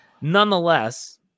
Nonetheless